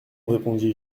répondis